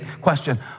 Question